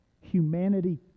humanity